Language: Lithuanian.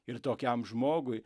ir tokiam žmogui